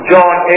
John